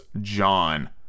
John